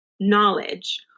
knowledge